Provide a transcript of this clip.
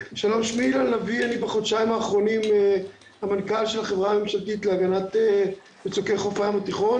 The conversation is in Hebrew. אני המנכ"ל של החברה הממשלתית להגנת מצוקי חוף הים התיכון.